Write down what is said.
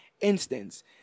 instance